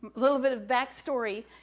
little bit of backstory,